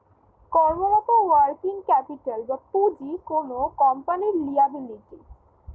কর্মরত working capital বা পুঁজি কোনো কোম্পানির লিয়াবিলিটি